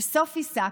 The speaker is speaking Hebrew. וסופי סאקס,